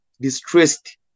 distressed